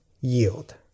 yield